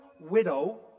widow